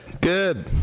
Good